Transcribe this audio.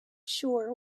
sure